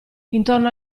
intorno